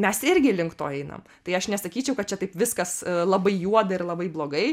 mes irgi link to einam tai aš nesakyčiau kad čia taip viskas labai juoda ir labai blogai